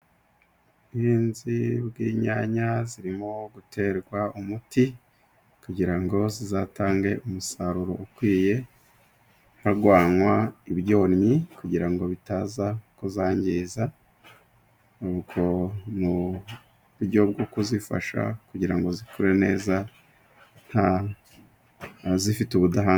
Ubuhinzi bw'inyanya， zirimo guterwa umuti， kugira ngo zizatange umusaruro ukwiye， harwanywa ibyonnyi， kugira ngo bitaza kuzangiza，mu buryo bwo kuzifasha kugira ngo zikure neza zifite ubudahangarwa.